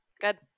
Good